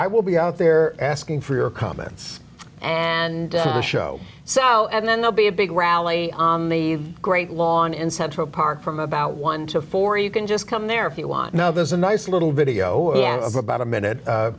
i will be out there asking for your comments and the show so and then they'll be a big rally on the great lawn in central park from about one to four you can just come there if you want now there's a nice little video about a minute